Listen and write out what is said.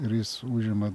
ir jis užima